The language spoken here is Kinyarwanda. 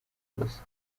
gusa